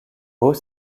haut